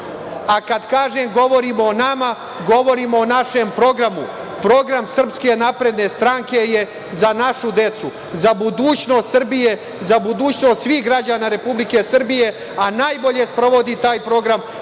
a kad kažem govorimo o nama, govorimo o našem programu. Program Srpske napredne stranke je za našu decu, za budućnost Srbije, za budućnost svih građana Republike Srbije, a najbolje sprovodi taj program